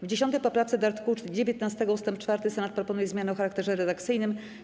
W 10. poprawce do art. 19 ust. 4 Senat proponuje zmianę o charakterze redakcyjnym.